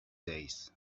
days